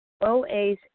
OA's